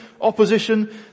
opposition